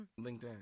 LinkedIn